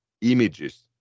images